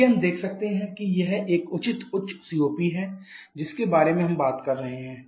इसलिए हम देख सकते हैं कि यह एक उचित उच्च COP है जिसके बारे में हम बात कर रहे हैं